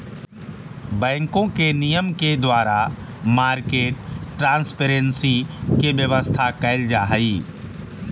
बैंकों के नियम के द्वारा मार्केट ट्रांसपेरेंसी के व्यवस्था कैल जा हइ